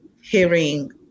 hearing